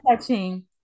touching